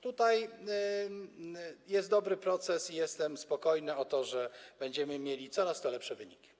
Tutaj mamy dobry proces i jestem spokojny o to, że będziemy mieli coraz lepsze wyniki.